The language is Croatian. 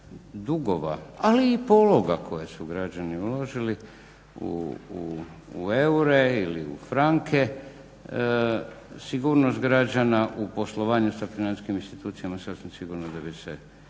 dugova ali i pologa koje su građani uložili u eure ili u franke sigurnost građana u poslovanju sa financijskim institucijama sasvim sigurno da bi se